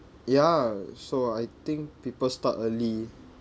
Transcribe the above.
ya so I think people start early